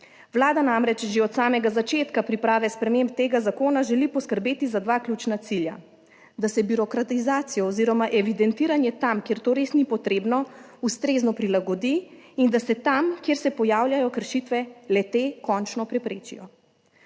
Vlada namreč že od samega začetka priprave sprememb tega zakona želi poskrbeti za dva ključna cilja, da se birokratizacijo oziroma evidentiranje tam, kjer to res ni potrebno, ustrezno prilagodi in da se tam, kjer se pojavljajo kršitve, le te končno preprečijo.